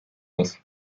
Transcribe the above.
muss